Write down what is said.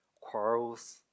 quarrels